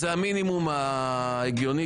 זה המינימום ההגיוני.